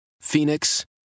Phoenix